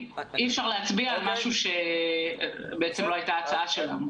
אי אפשר להצביע על משהו שבעצם לא הייתה הצעה שלנו,